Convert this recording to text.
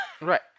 right